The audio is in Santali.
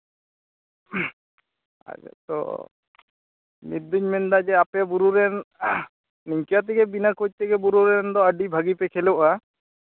ᱛᱟᱦᱞᱮ ᱛᱚ ᱱᱤᱛᱫᱩᱧ ᱢᱮᱱᱫᱟ ᱡᱮ ᱟᱯᱮ ᱵᱩᱨᱩ ᱨᱮᱱ ᱤᱱᱠᱟᱹ ᱛᱮᱜᱮ ᱵᱤᱱᱟᱹ ᱠᱳᱪ ᱛᱮᱜᱮ ᱵᱩᱨᱩ ᱨᱮᱱ ᱫᱚ ᱟᱹᱰᱤ ᱵᱷᱟᱹᱜᱤ ᱯᱮ ᱠᱷᱮᱹᱞᱳᱜᱼᱟ